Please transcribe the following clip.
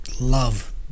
love